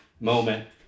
moment